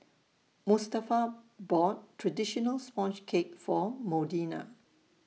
Mustafa bought Traditional Sponge Cake For Modena